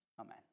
amen